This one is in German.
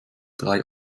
drei